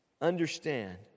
Understand